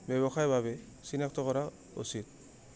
ব্যৱসায়ৰ বাবে চিনাক্ত কৰা উচিত